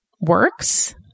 works